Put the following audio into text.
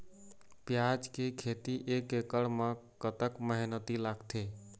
प्याज के खेती एक एकड़ म कतक मेहनती लागथे?